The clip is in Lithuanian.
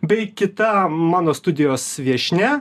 bei kita mano studijos viešnia